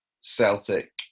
celtic